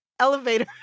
elevator